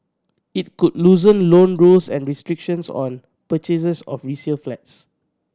it could loosen loan rules and restrictions on purchases of resale flats